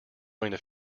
going